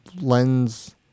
lens